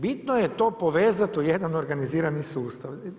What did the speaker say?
Bitno je to povezati u jedan organizirani sustav.